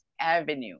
Avenue